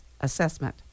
Assessment